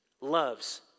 loves